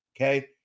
Okay